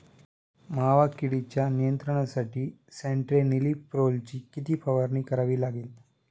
मावा किडीच्या नियंत्रणासाठी स्यान्ट्रेनिलीप्रोलची किती फवारणी करावी लागेल?